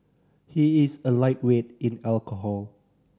he is a lightweight in alcohol